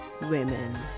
Women